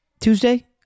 Tuesday